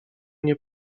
nie